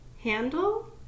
handle